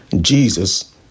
Jesus